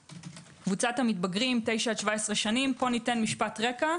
קבוצת המתבגרים, 9 עד 17. פה ניתן משפט רקע.